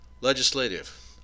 Legislative